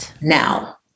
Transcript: Now